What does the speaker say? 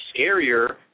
scarier